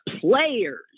players